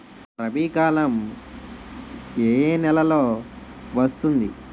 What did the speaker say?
రబీ కాలం ఏ ఏ నెలలో వస్తుంది?